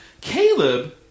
Caleb